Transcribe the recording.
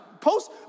Post